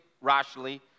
rationally